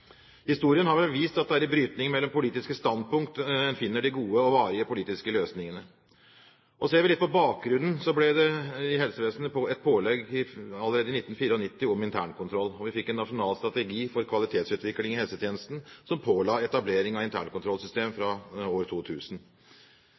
Historien har vel vist at det er i brytningen mellom politiske standpunkt at en finner de gode og varige politiske løsningene. Ser vi på bakgrunnen, ble det i helsevesenet allerede i 1994 et pålegg om internkontroll, og vi fikk en nasjonal strategi for kvalitetsutvikling i helsetjenesten som påla etableringen av internkontrollsystem fra